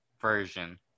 version